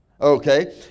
Okay